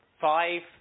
five